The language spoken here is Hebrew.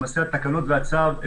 למעשה התקנות והצו,